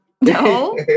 no